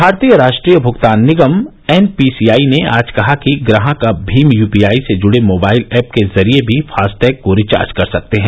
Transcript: भारतीय राष्ट्रीय भूगतान निगम एन पी सी आई ने आज कहा कि ग्राहक अब भीम यूपीआई से जुड़े मोबाइल एप के जरिये भी फॉस्टैग को रिचार्ज कर सकते हैं